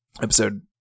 episode